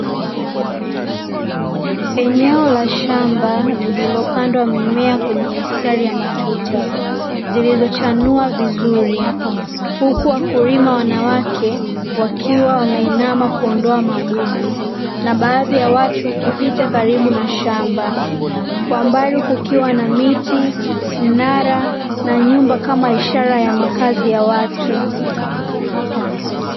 Eneo la shamba lililopandwa mimiea kwenye mistari ya matuta zilizochanua vizuri . Huku wakulima wanawake wakiwa wameinama kuondoa magugu na baadhi ya watu wakipita karibu na shamba kwa mbali kukiwa na miti, mnara na nyumba kama ishara ya makazi ya watu .